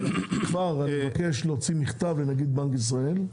אני מבקש כבר להוציא מכתב לנגיד בנק ישראל,